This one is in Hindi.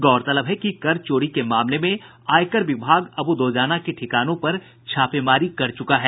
गौरतलब है कि कर चोरी के मामले में आयकर विभाग अब्र दोजाना के ठिकानों पर छापेमारी कर चुका है